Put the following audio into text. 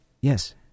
Yes